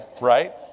right